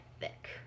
thick